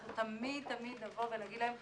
אנחנו תמיד נבוא ונגיד להם,